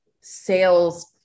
sales